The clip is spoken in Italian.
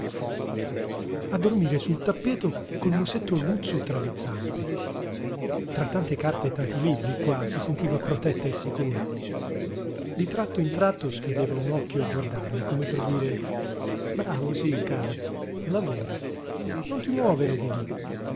dormire sul tappeto col musetto aguzzo tra le zampe tra tante carte e tanti libri qua si sentiva protetta e sicura di tratto in tratto schiudeva un occhio a guardarmi come per dire bravo sí caro lavora non ti muovere di lí